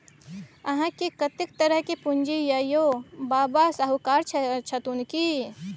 अहाँकेँ कतेक तरहक पूंजी यै यौ? बाबा शाहुकार छथुन की?